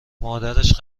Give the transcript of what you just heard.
مادرش